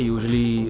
Usually